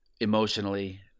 Emotionally